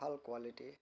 ভাল কোৱালিটি